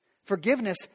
Forgiveness